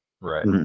right